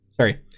Sorry